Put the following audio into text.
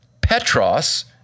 Petros